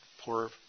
poor